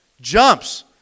jumps